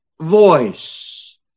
voice